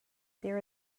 there